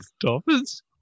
dolphins